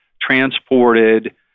transported